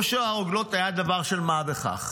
לא שהרוגלות היו דבר של מה בכך.